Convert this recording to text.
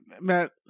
Matt